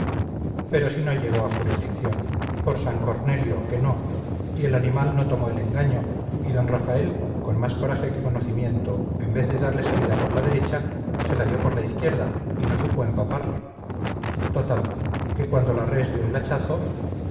pero si no llegó a jurisdicción por san cornelio que no y el animal no tomó el engaño y d rafael con más coraje que conocimiento en vez de darle salida por la derecha se la dio por la izquierda y no supo empaparle total que cuando la res dio el hachazo